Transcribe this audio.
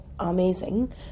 Amazing